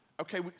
Okay